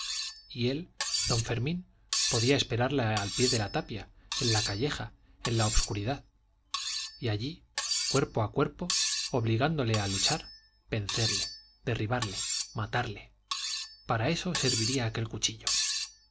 y él don fermín podía esperarle al pie de la tapia en la calleja en la obscuridad y allí cuerpo a cuerpo obligándole a luchar vencerle derribarle matarle para eso serviría aquel cuchillo